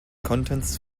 contents